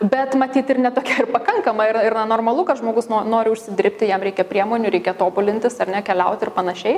bet matyt ir ne tokia ir pakankama yra yra normalu kad žmogus nori užsidirbti jam reikia priemonių reikia tobulintis ar ne keliauti ir panašiai